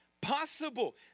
possible